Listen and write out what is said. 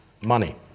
money